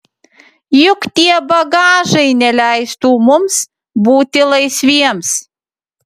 juk tie bagažai neleistų mums būti laisviems